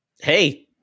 Hey